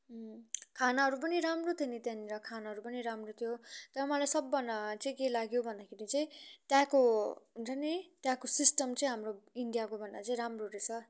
खानाहरू पनि राम्रो थियो नि त्यहाँनिर खानाहरू पनि राम्रो थियो तर मलाई सबभन्दा चाहिँ के लाग्यो भन्दाखेरि चाहिँ त्यहाँको हुन्छ नि त्यहाँको सिस्टम चाहिँ हाम्रो इन्डियाकोभन्दा चाहिँ राम्रो रहेछ